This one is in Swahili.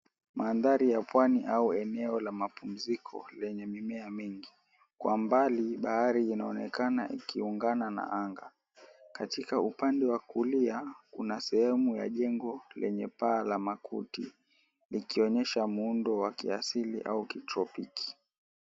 Mandhari ya pwani au eneo la mapumziko lenye mimea mingi. Kwa mbali bahari inaonekana ikiungana na anga. Katika upande wa kulia kuna sehemu ya jengo lenye paa la makuti likionyesha muundo wa kiasili au kitropiki.